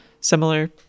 similar